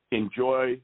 enjoy